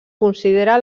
considera